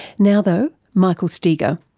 now though, michael steger.